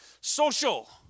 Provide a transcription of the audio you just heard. social